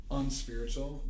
unspiritual